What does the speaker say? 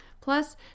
Plus